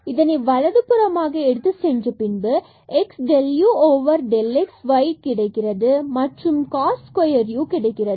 இதனை வலது புறமாக எடுத்து சென்ற பின்பு x and del u del x y del u del y மற்றும் cos square u கிடைக்கிறது